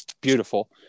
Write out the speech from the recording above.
beautiful